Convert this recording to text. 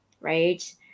right